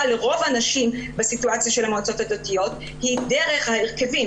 לרוב הנשים בסיטואציה של המועצות הדתיות היא דרך ההרכבים.